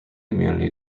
immunity